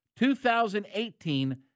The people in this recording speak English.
2018